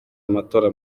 amatora